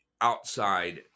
outside